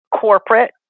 corporate